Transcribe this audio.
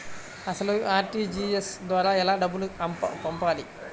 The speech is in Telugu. అసలు అర్.టీ.జీ.ఎస్ ద్వారా ఎలా డబ్బులు పంపాలి?